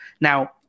Now